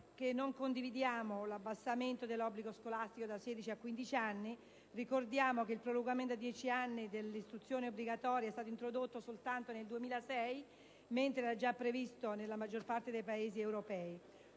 non condividiamo l'abbassamento dell'obbligo scolastico da 16 a 15 anni. Ricordo che il prolungamento a 10 anni dell'istruzione obbligatoria è stato introdotto soltanto nel 2006, mentre era già previsto nella maggior parte dei Paesi europei.